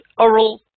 oral